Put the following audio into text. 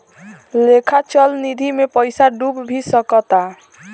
लेखा चल निधी मे पइसा डूब भी सकता